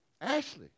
Ashley